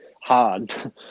hard